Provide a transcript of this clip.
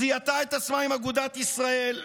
שזיהתה את עצמה עם אגודת ישראל,